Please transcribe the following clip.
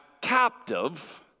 captive